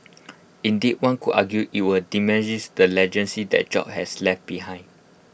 indeed one could argue IT would diminishes the legacy that jobs has left behind